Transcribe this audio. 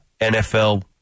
NFL